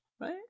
Right